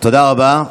תודה רבה.